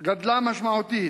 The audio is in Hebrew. גדלה משמעותית